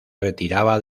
retiraba